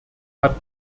hat